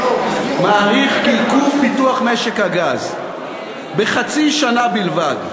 מעריך כי עיכוב פיתוח משק הגז בחצי שנה בלבד,